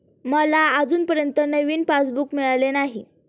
मला अजूनपर्यंत नवीन पासबुक मिळालेलं नाही